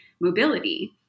mobility